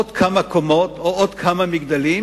עוד כמה קומות או עוד כמה מגדלים,